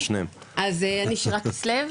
אני שירה כסלו,